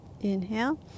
inhale